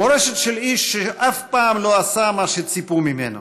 מורשת של איש שאף פעם לא עשה מה שציפו ממנו,